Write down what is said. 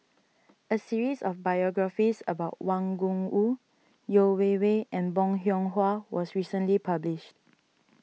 a series of biographies about Wang Gungwu Yeo Wei Wei and Bong Hiong Hwa was recently published